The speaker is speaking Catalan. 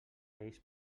ells